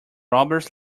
robbers